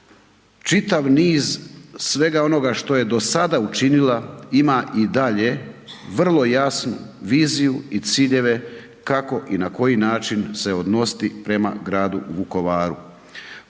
čitav niz svega onoga što je do sada učinila ima i dalje vrlo jasnu viziju i ciljeve kako i na koji način se odnositi prema gradu Vukovaru.